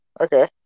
Okay